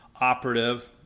operative